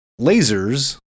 lasers